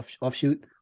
offshoot